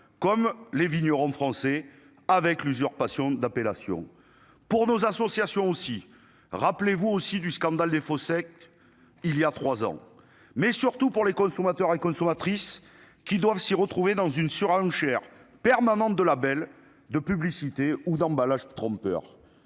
comme les vignerons français avec l'usurpation d'appellation pour nos associations aussi, rappelez-vous aussi du scandale des faux sec, il y a 3 ans, mais surtout pour les consommateurs et consommatrices qui doivent s'y retrouver dans une surenchère permanente de la Belle de publicité ou d'emballage trompeur